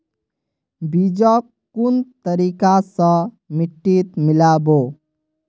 बीजक कुन तरिका स मिट्टीत मिला बो